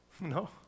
No